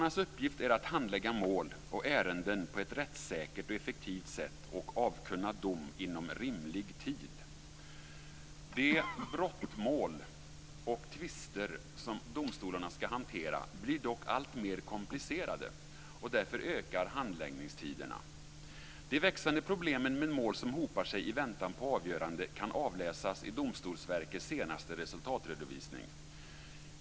Deras uppgift är att handlägga mål och ärenden på ett rättssäkert och effektivt sätt och avkunna dom inom rimlig tid. De brottmål och tvister som domstolarna ska hantera blir dock alltmer komplicerade, och därför ökar handläggningstiderna. De växande problemen med mål som hopar sig i väntan på avgörande kan avläsas i Domstolsverkets senaste resultatredovisning.